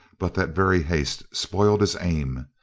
but that very haste spoiled his aim.